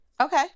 Okay